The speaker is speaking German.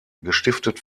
gestiftet